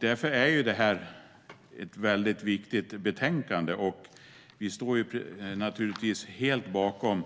Därför är det här ett väldigt viktigt betänkande. Vi står helt bakom